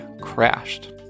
crashed